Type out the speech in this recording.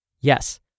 Yes